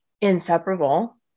inseparable